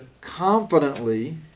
confidently